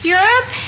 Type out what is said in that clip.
Europe